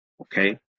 Okay